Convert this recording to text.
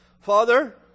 Father